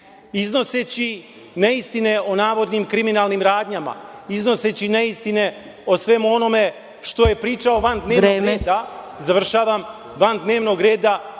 iznoseći neistine o navodnim kriminalnim radnjama, iznoseći neistine o svemu onome što je pričao van dnevnog reda…(Predsednik: